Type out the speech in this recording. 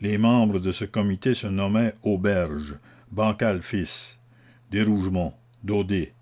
les membres de ce comité se nommaient auberge bancal fils derougemont daudé